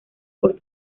por